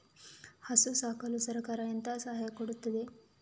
ಹಸು ಸಾಕಲು ಸರಕಾರ ಎಂತ ಸಹಾಯ ಕೊಡುತ್ತದೆ?